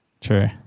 True